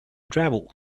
travel